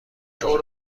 شغل